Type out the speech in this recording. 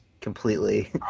completely